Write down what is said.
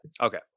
Okay